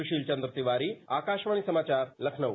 सुशील चंद्र तिवारी आकाशवाणी समाचार लखनऊ